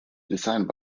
designed